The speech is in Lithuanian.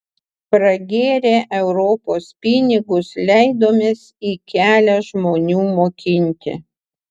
pragėrę europos pinigus leidomės į kelią žmonių mokinti